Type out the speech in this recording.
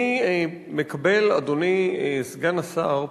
מקבלים סיוע.